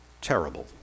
terrible